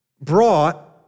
brought